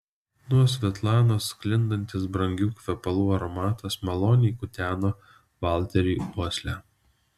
nuo svetlanos sklindantis brangių kvepalų aromatas maloniai kuteno valteriui uoslę